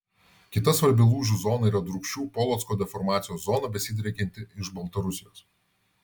kita svarbi lūžių zona yra drūkšių polocko deformacijos zona besidriekianti iš baltarusijos